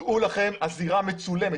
דעו לכם, הזירה מצולמת.